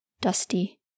dusty